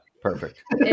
perfect